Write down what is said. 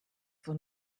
for